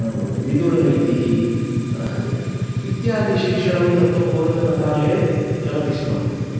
विदुरनीतिः इत्यादि शिक्षणं तत्र पूर्वतनकाले चलतिस्म